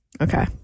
Okay